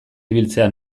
ibiltzea